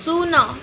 ଶୂନ